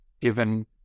given